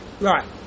Right